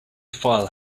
file